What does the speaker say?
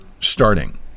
starting